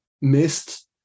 missed